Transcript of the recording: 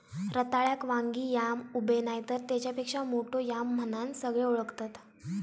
रताळ्याक वांगी yam, ube नायतर तेच्यापेक्षा मोठो याम म्हणान सगळे ओळखतत